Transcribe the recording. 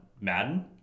Madden